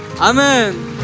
Amen